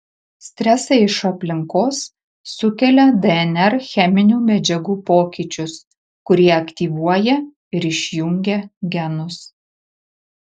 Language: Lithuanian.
stresai iš aplinkos sukelia dnr cheminių medžiagų pokyčius kurie aktyvuoja ir išjungia genus